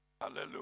Hallelujah